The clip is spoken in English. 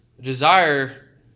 desire